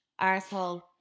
arsehole